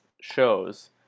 shows